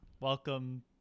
Welcome